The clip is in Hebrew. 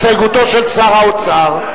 הסתייגותו של שר האוצר.